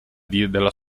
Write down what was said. della